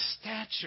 stature